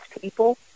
people